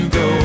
go